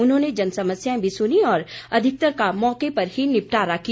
उन्होंने जनसमस्याएं भी सुनी और अधिकतर का मौके पर ही निपटारा किया